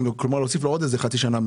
שהוספה מעבר.